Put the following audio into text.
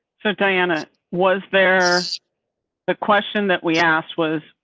so, diana was there the question that we asked was.